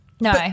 no